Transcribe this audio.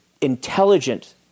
intelligent